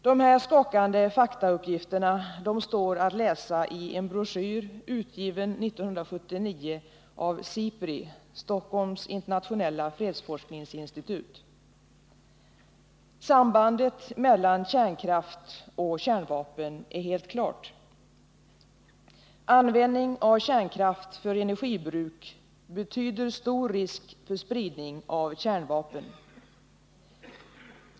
Dessa skakande faktauppgifter står att läsa i en broschyr, utgiven 1979 av SIPRI — Stockholms internationella fredforskningsinstitut. Sambandet mellan kärnkraft och kärnvapen är helt klart. Användning av kärnkraft för energibruk betyder stor risk för spridning av kärnvapen.